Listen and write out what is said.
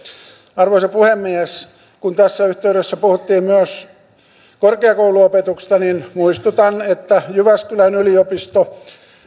arvoisa puhemies kun tässä yhteydessä puhuttiin myös korkeakouluopetuksesta muistutan että jyväskylän yliopisto